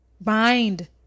Bind